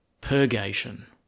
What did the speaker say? purgation